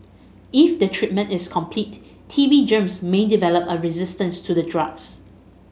if the treatment is incomplete T B germs may develop a resistance to the drugs